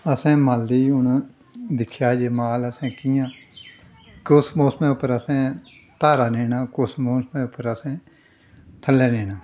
असें माल्लै गी हून दिक्खेआ जे माल असें कि'यां कुस मौसमै उप्पर असें धारा लेना कुस मौसमै पर असें थल्लै लेना